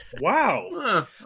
Wow